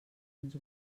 ens